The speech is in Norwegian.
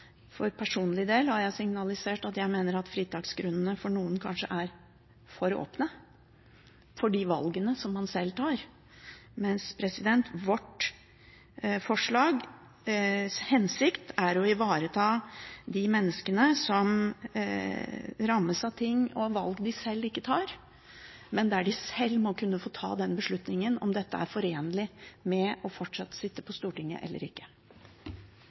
jeg mener at fritaksgrunnene for noen kanskje er for åpne for de valgene som man sjøl tar, mens vår hensikt er å ivareta de menneskene som rammes av ting og av valg de sjøl ikke tar, men der de sjøl må kunne få ta den beslutningen om hvorvidt dette er forenlig med å fortsette å sitte på Stortinget eller ikke.